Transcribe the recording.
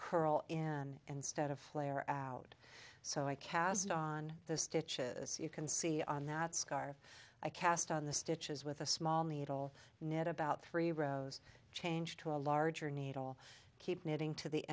curl in instead of flare out so i cast on the stitches you can see on that scar i cast on the stitches with a small needle net about three rows changed to a larger needle keep knitting to the